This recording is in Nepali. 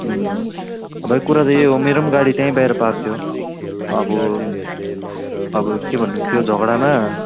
अब कुरा चाहिँ त्यही हो मेरो पनि गाडी त्यहीँ बाहिर पार्क थियो अब अब के भन्नु त्यो झगडामा